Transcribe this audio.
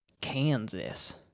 kansas